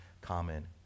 common